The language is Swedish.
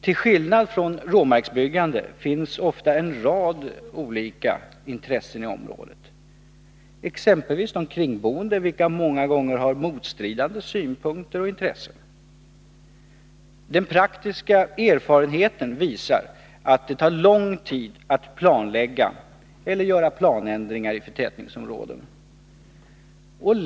Till skillnad från vad som gäller vid råmarksbyggande finns ofta en rad olika intressenter i området, exempelvis de omkringboende, vilka många gånger har motstridande synpunkter och intressen. Den praktiska erfarenheten visar att det tar lång tid att planlägga eller göra planändringar i förtätningsområden.